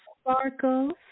sparkles